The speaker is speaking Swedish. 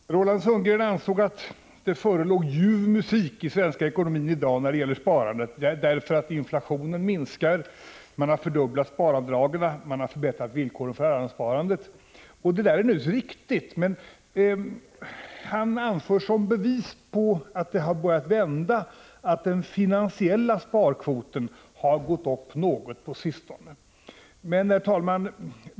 Herr talman! Roland Sundgren ansåg att det förelåg ljuv musik i den svenska ekonomin när det gäller sparandet —- inflationen minskar, sparavdraget har fördubblats och man har förbättrat villkoren för allemanssparandet. Det är naturligtvis riktigt, men han anför som bevis på att det har börjat vända att den finansiella sparkvoten har gått upp något på sistone.